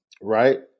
right